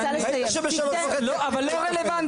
ראית שב-15:30 --- לא, אבל לא רלוונטי.